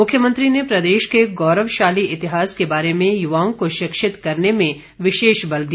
मुख्यमंत्री ने प्रदेश के गौरवशाली इतिहास के बारे में युवाओं को शिक्षित करने में विशेष बल दिया